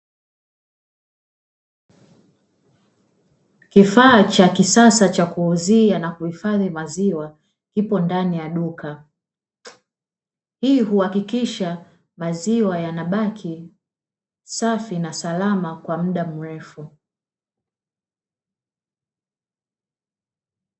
Kifaa cha kisasa cha kuuzia na kuhifadhi maziwa kipo ndani ya duka, hii kuhakikisha maziwa yanabaki safi na salama kwa mda mrefu.